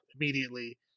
immediately